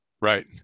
Right